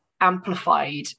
amplified